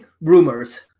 rumors